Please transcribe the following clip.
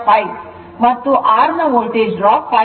5 ಮತ್ತು r ನ voltage drop 5